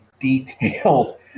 detailed